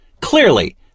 Clearly